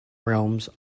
realms